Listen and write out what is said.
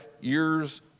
years